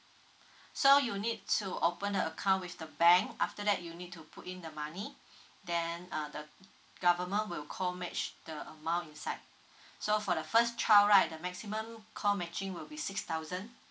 so you need to open the account with the bank after that you need to put in the money then uh the government will co match the amount inside so for the first child right the maximum co matching will be six thousand